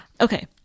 Okay